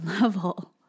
level